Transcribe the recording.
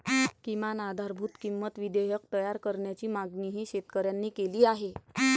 किमान आधारभूत किंमत विधेयक तयार करण्याची मागणीही शेतकऱ्यांनी केली आहे